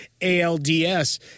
ALDS